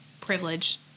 privilege